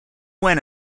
when